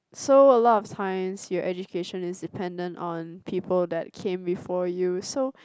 so a lot of times your education is dependent on people that came before you so